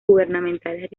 gubernamentales